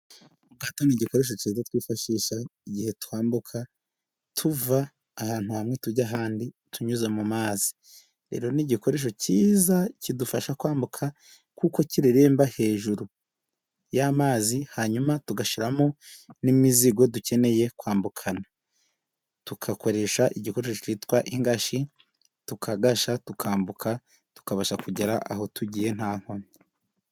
Ubwato ni igikoresho cyiza twifashisha igihe twambuka, tuva ahantu hamwe tujya ahandi tunyuze mu mazi. Rero ni igikoresho cyiza kidufasha kwambuka, kuko kireremba hejuru y'amazi, hanyuma tugashyiramo n'imizigo dukeneye kwambukana, tugakoresha igikoresho cyitwa ingashi tukagasha tukambuka, tukabasha kugera aho tugiye nta nkomyi.